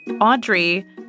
Audrey